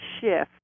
shift